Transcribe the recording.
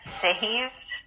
saved